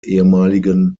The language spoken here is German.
ehem